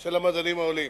של המדענים העולים.